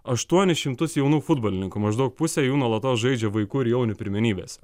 aštuonis šimtus jaunų futbolininkų maždaug pusė jų nuolatos žaidžia vaikų ir jaunių pirmenybėse